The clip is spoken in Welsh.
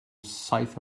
saith